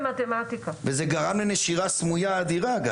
וזה גרם לנשירה סמויה אדירה.